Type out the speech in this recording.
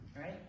right